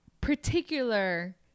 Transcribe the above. particular